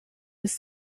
his